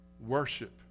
worship